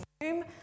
room